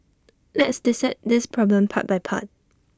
let's dissect this problem part by part